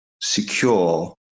secure